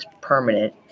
permanent